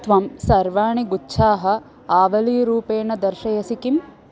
त्वं सर्वाणि गुच्छाः आवलीरूपेण दर्शयसि किम्